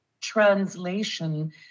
translation